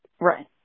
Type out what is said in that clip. Right